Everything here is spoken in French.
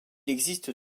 existe